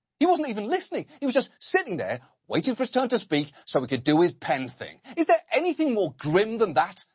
he wasn't even listening. he was just sitting there, waiting for his turn to speak, so he could do his pen thing. is there anything more grim than that?